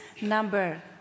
number